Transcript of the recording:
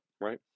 right